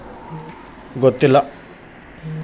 ಮೆಣಸಿನಕಾಯಿ ಬೆಳೆಯಲ್ಲಿ ಕಳೆ ತೆಗಿಯೋಕೆ ಯಾವ ಸಲಕರಣೆ ಬಳಸಬಹುದು?